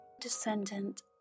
Descendant